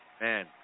Man